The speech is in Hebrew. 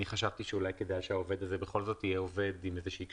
אני חשבתי שהעובד הזה יהיה בכל זאת עובד עם איזושהי כשירות,